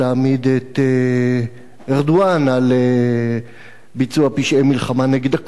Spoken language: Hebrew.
את ארדואן על ביצוע פשעי מלחמה נגד הכורדים,